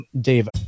Dave